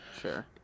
sure